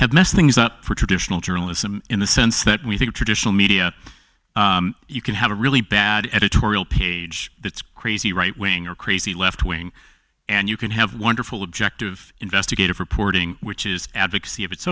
have messed things up for traditional journalism in the sense that we think traditional media you can have a really bad editorial page that's crazy right wing or crazy left wing and you can have wonderful objective investigative reporting which is advocacy of its